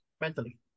mentally